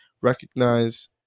recognize